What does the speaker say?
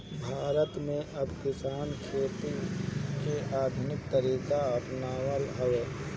भारत में अब किसान खेती के आधुनिक तरीका अपनावत हवे